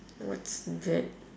what's that